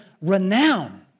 renown